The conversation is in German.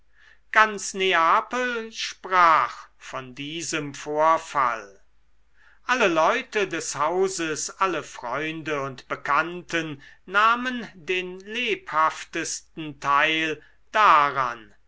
ganz neapel sprach von diesem vorfall alle leute des hauses alle freunde und bekannten nahmen den lebhaftesten teil daran